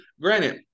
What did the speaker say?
Granted